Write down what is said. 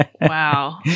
Wow